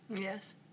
Yes